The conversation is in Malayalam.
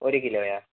ഒരു കിലോ ആണ്